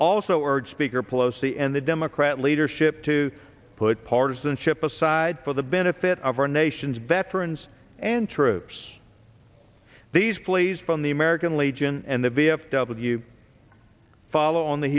also urge speaker pelosi and the democrat leadership to put partisanship aside for the benefit of our nation's veterans and troops these pleas from the american legion and the v f w follow on the